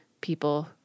people